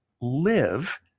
live